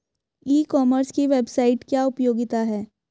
ई commerce की website की क्या उपयोगिता है?